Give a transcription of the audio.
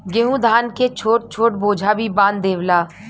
गेंहू धान के छोट छोट बोझा भी बांध देवला